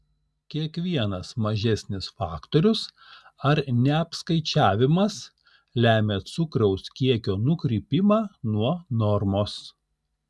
kiekvienas mažesnis faktorius ar neapskaičiavimas lemia cukraus kiekio nukrypimą nuo normos